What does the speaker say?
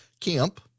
Camp